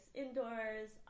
indoors